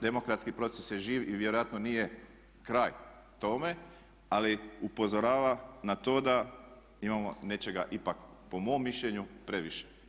Demokratski proces je živ i vjerojatno nije kraj tome ali upozorava na to da imamo nečega ipak po mom mišljenju previše.